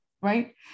right